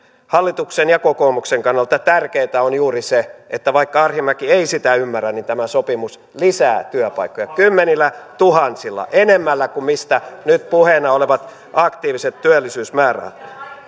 hallituksen ja kokoomuksen kannalta tärkeätä on juuri se vaikka arhinmäki ei sitä ymmärrä että tämä sopimus lisää työpaikkoja kymmenillätuhansilla enemmällä kuin nyt puheena olevat aktiiviset työllisyysmäärärahat